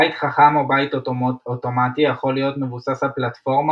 בית חכם או בית אוטומטי יכול להיות מבוסס על פלטפורמה